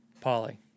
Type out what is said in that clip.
Polly